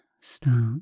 start